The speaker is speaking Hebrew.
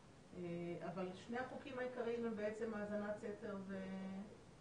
אבל שני החוקים העיקריים הם בעצם האזנת סתר וחסד"פ